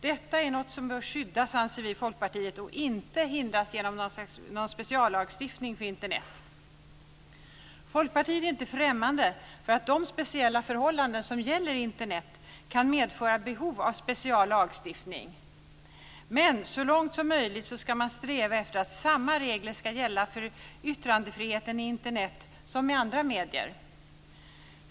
Detta är något som bör skyddas, anser vi i Folkpartiet, och inte hindras genom någon speciallagstiftning för Folkpartiet är inte främmande för att de speciella förhållanden som gäller Internet kan medföra behov av speciell lagstiftning. Men så långt som möjligt ska man sträva efter att samma regler ska gälla för yttrandefriheten i Internet som i andra medier.